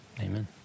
Amen